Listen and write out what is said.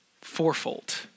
fourfold